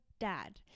dad